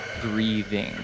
breathing